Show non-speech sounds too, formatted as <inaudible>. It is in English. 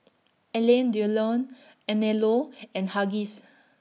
Alain Delon Anello <noise> and Huggies